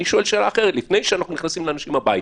אני שואל שאלה אחרת: לפני שאנחנו נכנסים לאנשים הביתה,